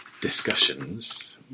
discussions